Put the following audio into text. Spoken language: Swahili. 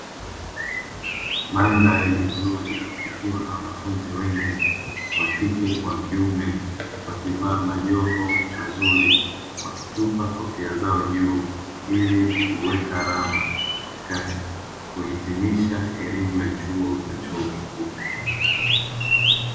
Mandhari nzuri ikiwa na wanafunzi wengi wakike kwa wakiume wakivaa majoho mazuri, wakitupa kofia zao juu ili kuweka alama katika kuhitimisha elimu ya chuo na chuo kikuu.